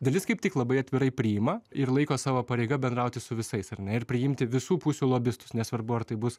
dalis kaip tik labai atvirai priima ir laiko savo pareiga bendrauti su visais ar ne ir priimti visų pusių lobistus nesvarbu ar tai bus